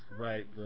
Right